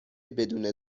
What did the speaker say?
بدون